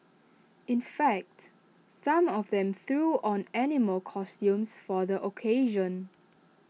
in fact some of them threw on animal costumes for the occasion